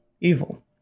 evil